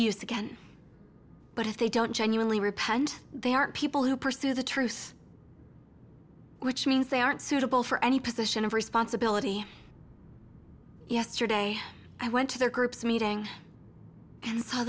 use again but if they don't genuinely repent they are people who pursue the truth which means they aren't suitable for any position of responsibility yesterday i went to their groups meeting and saw